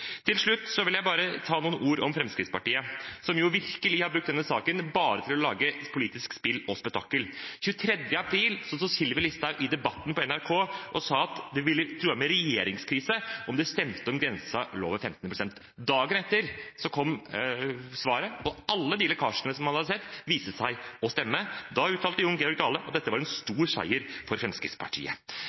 Til slutt vil jeg bare ta noen ord om Fremskrittspartiet, som virkelig har brukt denne saken bare til å lage politisk spill og spetakkel. Den 23. april sto Sylvi Listhaug i Debatten på NRK og truet med regjeringskrise om det stemte at grensen skulle ligge ved 15 pst. Dagen etter kom svaret, og alle de lekkasjene man hadde sett, viste seg å stemme. Da uttalte Jon Georg Dale at dette var en stor seier for Fremskrittspartiet.